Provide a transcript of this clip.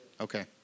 Okay